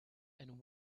and